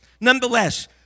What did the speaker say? Nonetheless